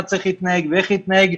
מה צריך לעשות ואיך להתנהג,